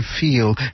feel